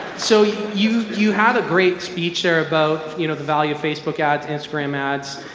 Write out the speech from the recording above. so you you you have a great speech there about you know the value of facebook ads, instagram ads.